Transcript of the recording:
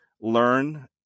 learn